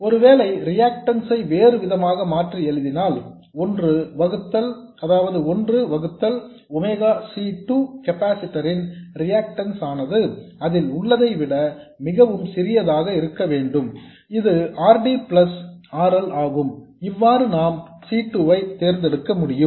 ஒருவேளை ரிஆக்டன்ஸ் ஐ வேறு விதமாக மாற்றி எழுதினால் ஒன்று வகுத்தல் ஒமேகா C 2 கெப்பாசிட்டர் ன் ரிஆக்டன்ஸ் ஆனது அதில் உள்ளதை விட மிகவும் சிறியதாக இருக்க வேண்டும் இது R D plus R L ஆகும் இவ்வாறு நாம் C 2 ஐ தேர்ந்தெடுக்க முடியும்